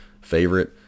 favorite